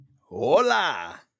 Hola